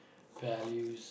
values